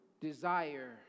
desire